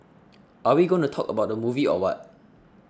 are we going to talk about the movie or what